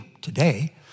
today